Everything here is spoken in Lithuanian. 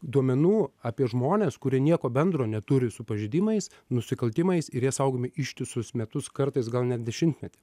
duomenų apie žmones kurie nieko bendro neturi su pažeidimais nusikaltimais ir jie saugomi ištisus metus kartais gal net dešimtmetį